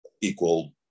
equal